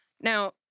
Now